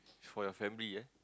for your family eh